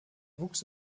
wuchs